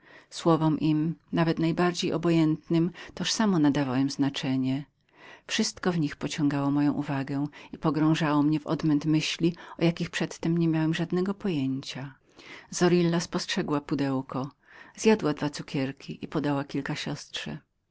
słowom ich toż samo nadawałem znaczenie ostatecznie wszystko w nich pociągało moją uwagę i pogrążało mnie w odmęt myśli o jakich przedtem nie miałem żadnego pojęcia zorilla spostrzegła pudełko zjadła dwa cukierki i podała siostrze